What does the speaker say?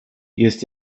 jest